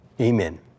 Amen